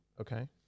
Okay